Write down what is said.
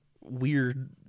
weird